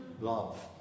Love